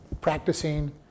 practicing